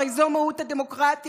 הרי זאת מהות הדמוקרטיה,